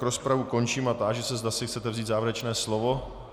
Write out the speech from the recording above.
Rozpravu končím a táži se, zda si chcete vzít závěrečné slovo.